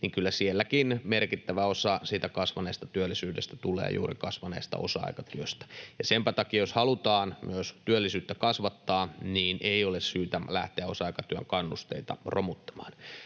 niin kyllä sielläkin merkittävä osa siitä kasvaneesta työllisyydestä tulee juuri kasvaneesta osa-aikatyöstä. Ja senpä takia, jos halutaan myös työllisyyttä kasvattaa, niin ei ole syytä lähteä osa-aikatyön kannusteita romuttamaan.